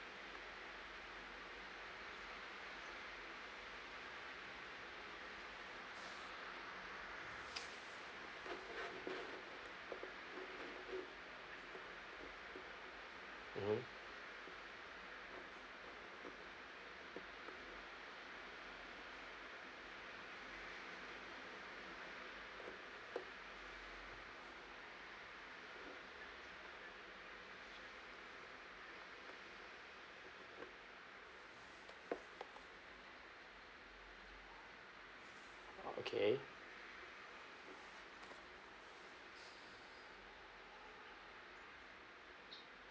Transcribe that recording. mmhmm okay